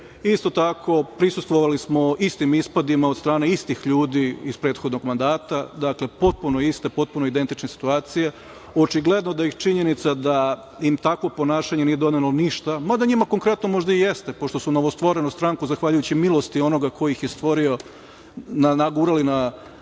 tako, prisustvovali smo istim ispadima od strane istih ljudi iz prethodnog mandata. Dakle, potpuno iste, potpuno identične situacije. Očigledno da ih činjenica da im takvo ponašanje nije donela ništa, mada njima konkretno možda i jeste, pošto su novostvorenu stranku, zahvaljujući milosti onoga ko ih je stvorio, nagurali na